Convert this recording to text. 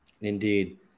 Indeed